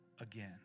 again